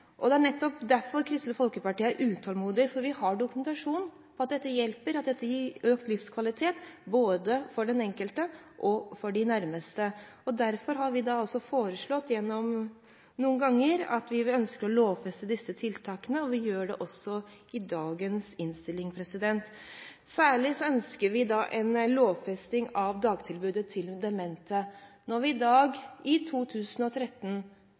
omsorgsbehov. Det er nettopp derfor Kristelig Folkeparti er utålmodig, for vi har dokumentasjon på at dette hjelper og at det gir økt livskvalitet, både for den enkelte og for de nærmeste. Derfor har vi tidligere foreslått å lovfeste disse tiltakene, og vi gjør det også i dagens innstilling. Særlig ønsker vi en lovfesting av dagtilbudet til demente. I dag – i 2013